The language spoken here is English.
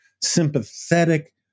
sympathetic